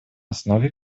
основе